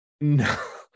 no